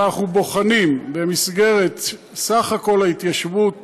אנחנו בוחנים, במסגרת סך כל ההתיישבות